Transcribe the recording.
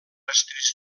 estris